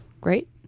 Great